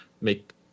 make